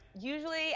Usually